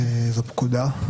זו פקודה.